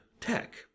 tech